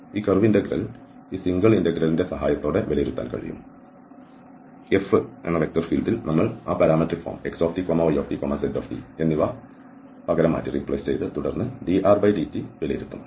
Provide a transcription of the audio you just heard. ഈ curve integral ഈ single integral സഹായത്തോടെ വിലയിരുത്താൻ കഴിയും F വെക്റ്റർ ഫീൽഡിൽ നമ്മൾ ആ പാരാമെട്രിക് ഫോം xtytzt എന്നിവ പകരം മാറ്റി തുടർന്ന് drdt വിലയിരുത്തും